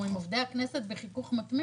עובדי הכנסת בחיכוך מתאים